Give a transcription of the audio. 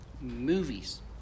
movies